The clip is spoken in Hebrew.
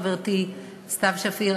חברתי סתיו שפיר,